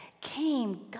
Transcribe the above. came